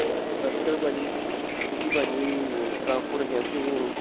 ਸਤਿ ਸ਼੍ਰੀ ਅਕਾਲ ਭਾਅ ਜੀ ਤੁਸੀਂ ਭਾਅ ਜੀ ਟ੍ਰਾਂਸਪੋਰਟ ਏਜੰਸੀ